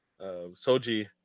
soji